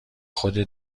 خودت